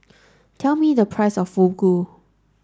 tell me the price of Fugu